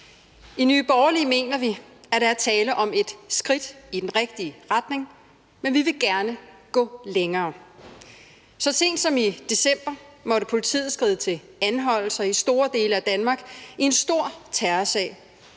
I Nye Borgerlige mener vi, at der er tale om et skridt i den rigtige retning, men vi vil gerne gå længere. Så sent som i december måtte politiet skride til anholdelser i store dele af Danmark i en stor terrorsag,